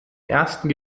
ersten